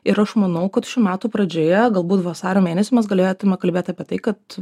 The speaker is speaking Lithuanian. ir aš manau kad šių metų pradžioje galbūt vasario mėnesį mes galėtume kalbėt apie tai kad